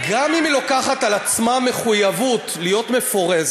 גם אם היא לוקחת על עצמה מחויבות להיות מפורזת,